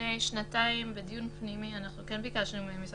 שלפני שנתיים בדיון פנימי אנחנו כן ביקשנו ממשרד